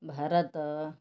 Bharat